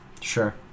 Sure